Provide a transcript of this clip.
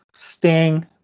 Sting